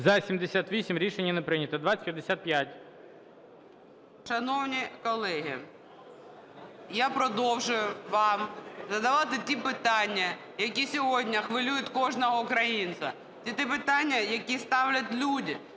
За-78 Рішення не прийнято. 2055.